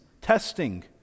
testing